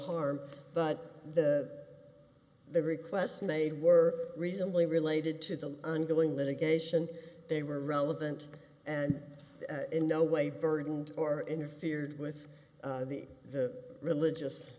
harm but the the requests made were reasonably related to them and doing litigation they were relevant and in no way burdened or interfered with the the religious